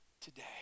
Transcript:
today